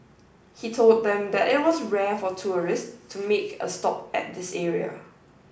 he told them that it was rare for tourists to make a stop at this area